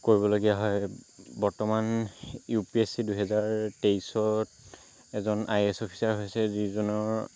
কৰিবলগীয়া হয় বৰ্তমান ইউ পি এচ চি দুহেজাৰ তেইছত এজন আই এ এচ অফিচাৰ হৈছে যিজনৰ